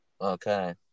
Okay